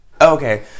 Okay